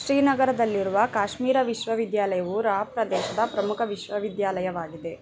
ಶ್ರೀನಗರದಲ್ಲಿರುವ ಕಾಶ್ಮೀರ ವಿಶ್ವವಿದ್ಯಾಲಯವು ರಾ ಪ್ರದೇಶದ ಪ್ರಮುಖ ವಿಶ್ವವಿದ್ಯಾಲಯವಾಗಿದೆ